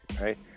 right